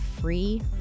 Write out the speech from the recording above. free